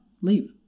leave